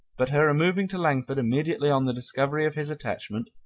but her removing to langford immediately on the discovery of his attachment,